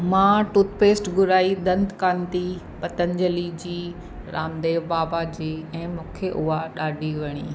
मां टूथपेस्ट घुराई दंतकांती पतंजली जी रामदेव बाबा जी ऐं मूंखे उहा ॾाढी वणी